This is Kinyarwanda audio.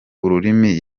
ururimi